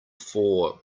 four